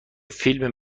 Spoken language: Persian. فیلم